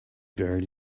buried